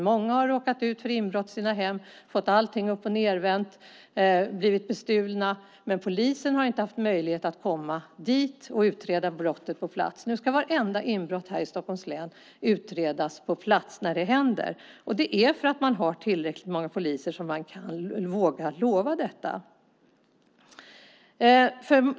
Många har råkat ut för inbrott i sina hem, fått allting uppochnedvänt och blivit bestulna. Men polisen har inte haft möjlighet att komma dit och utreda brottet på plats. Nu ska vartenda inbrott i Stockholms län utredas på plats när det händer. Det är för att man har tillräckligt många poliser som man kan våga lova detta.